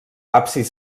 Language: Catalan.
absis